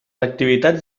activitats